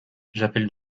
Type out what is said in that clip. j’appelle